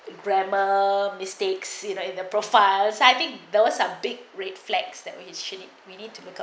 grammar mistakes you know their profiles I think those are big red flags that were his shiny we need to look up